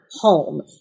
home